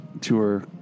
tour